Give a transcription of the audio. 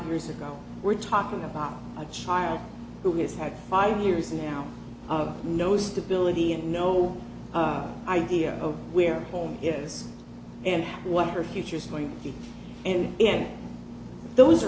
years ago we're talking about a child who has had five years now of nosed ability and no idea of where home is and what her future is going to be and those are